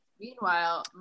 Meanwhile